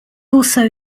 also